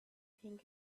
king